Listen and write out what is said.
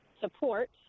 support